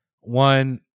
one